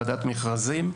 ועדת מכרזים,